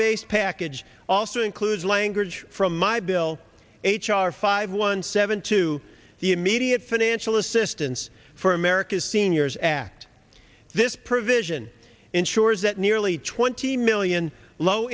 based package also includes language from my bill h r five one seven to the immediate financial assistance for america's seniors act this provision ensures that nearly twenty million low